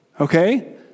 okay